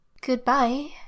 Goodbye